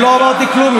עוד לא אמרתי כלום.